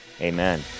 Amen